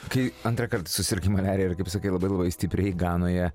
kai antrą kartą susirgai maliarija ir kaip sakai labai labai stipriai ganoje